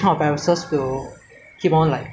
I mean because this virus come from come from bat ah